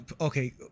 Okay